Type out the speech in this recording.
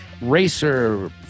racer